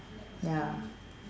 ya